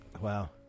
Wow